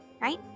right